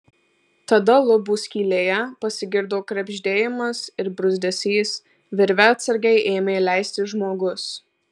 tada lubų skylėje pasigirdo krebždėjimas ir bruzdesys virve atsargiai ėmė leistis žmogus